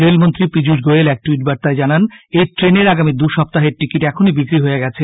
রেলমন্ত্রী পীযুষ গোয়েল এক টুইট বার্তায় জানান এই ট্রেনের আগামী দুই সপ্তাহের টিকিট এখনই বিক্রি হয়ে গেছে